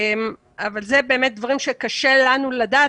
אבל, אלה באמת דברים שקשה לנו לדעת.